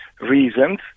reasons